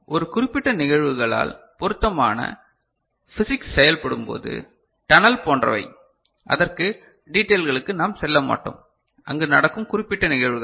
ஒரு குறிப்பிட்ட நிகழ்வுகளால் பொருத்தமான பிசிக்ஸ் செயல்படும்போது டனல் போன்றவை அதன் டீடைள்களுக்கு நாம் செல்லமாட்டோம் அங்கு நடக்கும் குறிப்பிட்ட நிகழ்வுகள்